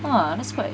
!wah! that's quite